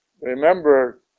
Remember